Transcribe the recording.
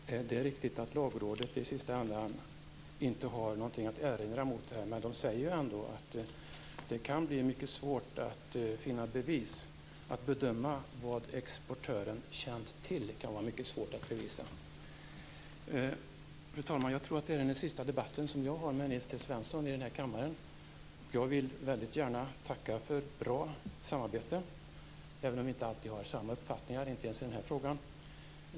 Fru talman! Det är riktigt att Lagrådet i sista hand inte har någonting att erinra men säger ändå att det kan bli mycket svårt att finna bevis och bedöma vad exportören känt till. Det kan vara mycket svårt att bevisa. Jag tror att detta är min sista debatt med Nils T Svensson i denna kammare, och jag vill väldigt gärna tacka för ett bra samarbete, även om vi inte alltid har samma uppfattning, inte ens i denna fråga.